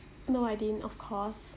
no I didn't of course